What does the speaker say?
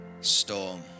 storm